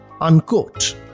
unquote